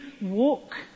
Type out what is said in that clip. walk